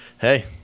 hey